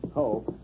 hope